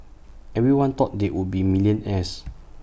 everyone thought they would be millionaires